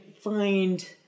find